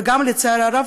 ולצערי הרב,